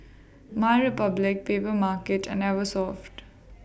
My Republic Papermarket and Eversoft